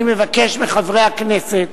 אני מבקש מחברי הכנסת,